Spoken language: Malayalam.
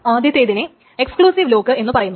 ആദ്യത്തേതിനെ എക്സ്ക്ളുസിവ് ലോക്ക് എന്ന് പറയുന്നു